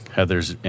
Heather's